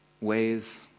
ways